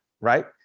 right